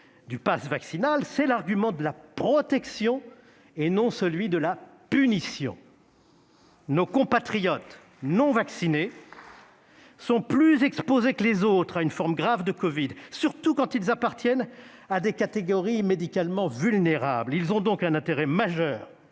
du passe vaccinal, c'est l'argument de la protection et non celui de la punition. Nos compatriotes non vaccinés sont plus exposés que les autres à une forme grave de covid, surtout quand ils appartiennent à des catégories médicalement vulnérables. Ils ont donc un intérêt majeur